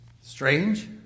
Strange